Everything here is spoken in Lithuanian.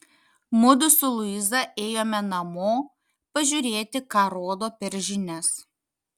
mudu su luiza ėjome namo pažiūrėti ką rodo per žinias